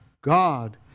God